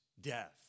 death